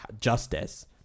justice